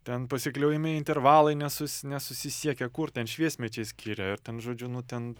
ten pasikliaujamieji intervalai nesus nesusisiekia kur ten šviesmečiai skiria ir ten žodžiu nu ten